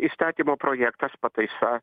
įstatymo projektas pataisa